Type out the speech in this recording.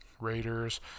Raiders